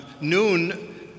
noon